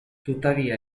tuttavia